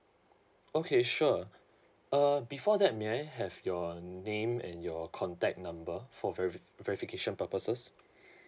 okay sure uh before that may I have your name and your contact number for veri~ verification purposes